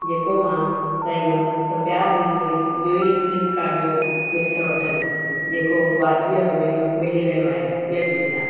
जेको मां चाहींदमि त ॿिया बि इहो ई इहो ई फ्लिप्कार्ट जो मिक्सर वठनि जेको वाजिबी अघु में मिली रहियो आहे